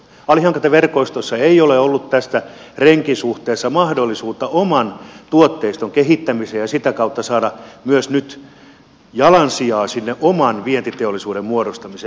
alihankintaverkostoissa ei ole ollut tässä renkisuhteessa mahdollisuutta oman tuotteiston kehittämiseen ja sitä kautta saada myös nyt jalansijaa sinne oman vientiteollisuuden muodostamiseen